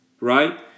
right